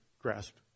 grasp